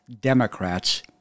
Democrats